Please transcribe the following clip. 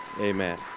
amen